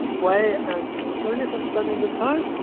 wei and and sony for spending the time.